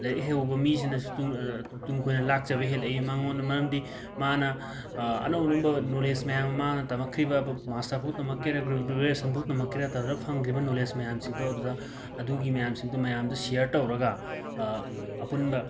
ꯂꯥꯏꯔꯤꯛ ꯍꯩꯍꯧꯕ ꯃꯤꯁꯤꯅ ꯇꯨꯡ ꯇꯨꯡ ꯀꯣꯏꯅ ꯂꯥꯛꯆꯕ ꯍꯦꯜꯂꯛꯏ ꯃꯉꯣꯟ ꯃꯔꯝꯗꯤ ꯃꯥꯅ ꯑꯅꯧ ꯑꯅꯧꯕ ꯅꯣꯂꯦꯖ ꯃꯌꯥꯝ ꯃꯥꯅ ꯇꯝꯃꯛꯈꯤꯕ ꯃ ꯃꯥꯁꯇꯔꯐꯥꯎ ꯇꯝꯃꯛꯀꯦꯔ ꯒ꯭ꯔꯦ ꯒ꯭ꯔꯦꯖꯨꯑꯦꯁꯟꯃꯨꯛ ꯇꯝꯃꯛꯀꯦꯔ ꯇꯧꯔ ꯐꯪꯈ꯭ꯔꯤꯕ ꯅꯣꯂꯦꯖ ꯃꯌꯥꯝꯁꯤꯡꯗꯣ ꯑꯗꯨꯗ ꯑꯗꯨꯒꯤ ꯃꯌꯥꯝꯁꯤꯡꯗꯣ ꯃꯌꯥꯝꯗ ꯁꯤꯌꯔ ꯇꯧꯔꯒ ꯑꯄꯨꯟꯕ